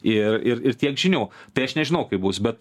ir ir ir tiek žinių tai aš nežinau kaip bus bet